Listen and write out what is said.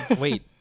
Wait